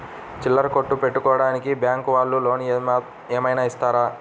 చిల్లర కొట్టు పెట్టుకోడానికి బ్యాంకు వాళ్ళు లోన్ ఏమైనా ఇస్తారా?